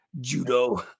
judo